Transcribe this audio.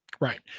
right